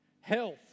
Health